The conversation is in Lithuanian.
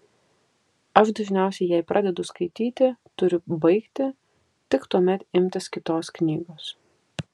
aš dažniausiai jei pradedu skaityti turiu baigti tik tuomet imtis kitos knygos